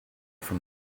from